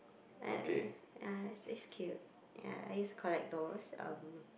uh uh ya it's cute ya I used collect those uM